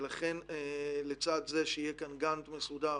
ולכן לצד זה שיהיה כאן גאנט מסודר,